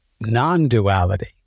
non-duality